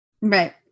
Right